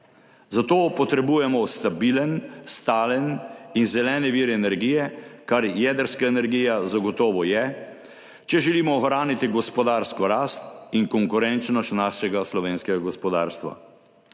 Zato potrebujemo stabilen, stalen in zeleni vir energije, kar jedrska energija zagotovo je, če želimo ohraniti gospodarsko rast in konkurenčnost našega slovenskega gospodarstva.